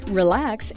relax